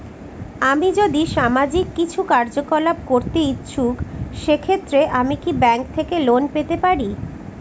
আমি যদি সামাজিক কিছু কার্যকলাপ করতে ইচ্ছুক সেক্ষেত্রে আমি কি ব্যাংক থেকে লোন পেতে পারি?